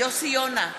יוסי יונה,